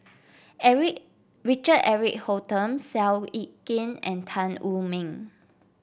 Eric Richard Eric Holttum Seow Yit Kin and Tan Wu Meng